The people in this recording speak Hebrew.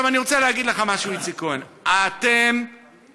אני רוצה להגיד לך משהו, איציק כהן: אתם לוקחים